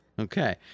Okay